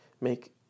make